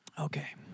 Okay